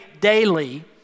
daily